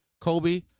Kobe